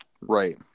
right